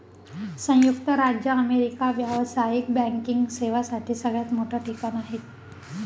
संयुक्त राज्य अमेरिका व्यावसायिक बँकिंग सेवांसाठी सगळ्यात मोठं ठिकाण आहे